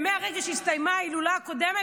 מהרגע שהסתיימה ההילולה הקודמת,